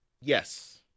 Yes